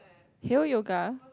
hale yoga